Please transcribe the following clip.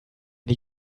nie